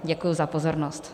Děkuji za pozornost.